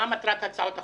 מה מטרת הצעות החוק?